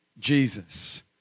Jesus